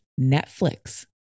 netflix